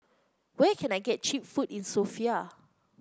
where can I get cheap food in Sofia